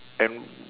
and